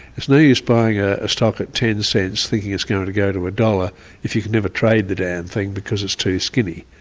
it's no use buying a stock at ten cents thinking it's going to go to one ah dollars if you can never trade the damn thing, because it's too skinny,